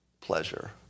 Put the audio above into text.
pleasure